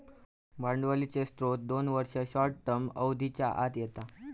भांडवलीचे स्त्रोत दोन वर्ष, शॉर्ट टर्म अवधीच्या आत येता